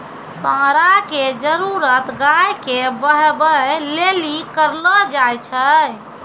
साँड़ा के जरुरत गाय के बहबै लेली करलो जाय छै